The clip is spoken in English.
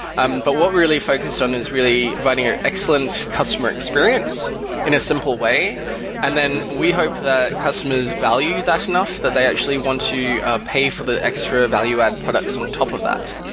um but what we're really focused on is really providing an excellent customer experience in a simple way and then we hope the customers value that enough that they actually want to pay for the extra value add products on top of that.